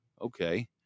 okay